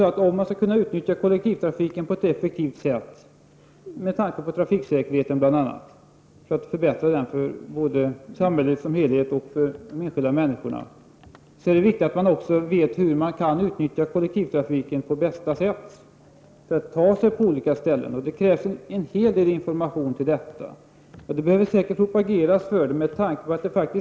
Om det skall bli möjligt att utnyttja kollektivtrafiken effektivt, så att därigenom bl.a. trafiksäkerheten kan förbättras både för samhället i dess helhet och för de enskilda människorna, då är det viktigt att människor också vet hur de på bästa sätt kan utnyttja kollektivtrafiken för att ta sig till olika ställen. Det krävs en hel del information om detta, och säkert är det också nödvändigt att propagera för denna typ av trafik.